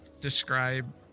describe